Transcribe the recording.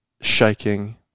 shaking